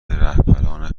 رهبران